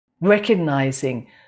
recognizing